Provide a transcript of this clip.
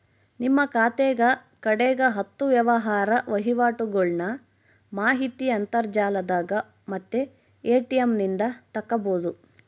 ನಿಮ್ಮ ಖಾತೆಗ ಕಡೆಗ ಹತ್ತು ವ್ಯವಹಾರ ವಹಿವಾಟುಗಳ್ನ ಮಾಹಿತಿ ಅಂತರ್ಜಾಲದಾಗ ಮತ್ತೆ ಎ.ಟಿ.ಎಂ ನಿಂದ ತಕ್ಕಬೊದು